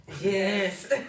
Yes